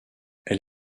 elle